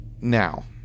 Now